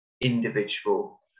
individual